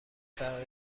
فرقی